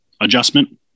adjustment